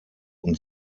und